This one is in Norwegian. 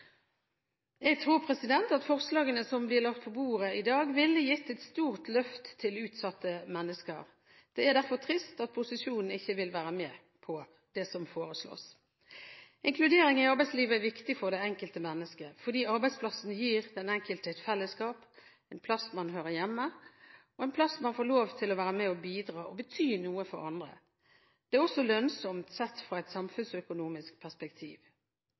Jeg tror at forslagene som blir lagt på bordet i dag, ville gitt et stort løft til utsatte mennesker. Det er derfor trist at posisjonen ikke vil være med på det som foreslås. Inkludering i arbeidslivet er viktig for det enkelte mennesket, fordi arbeidsplassen gir den enkelte et fellesskap, en plass man hører hjemme, og en plass hvor man får lov til å være med å bidra og bety noe for andre. Det er også lønnsomt sett fra et samfunnsøkonomisk perspektiv.